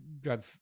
drug